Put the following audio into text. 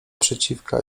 przeciwka